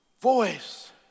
voice